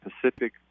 Pacific